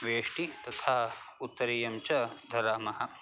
वेष्टि तथा उत्तरीयं च धरामः